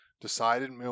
decided